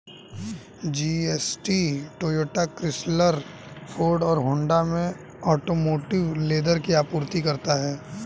GST Toyota, Chrysler, Ford और Honda के automotive leather की आपूर्ति करता है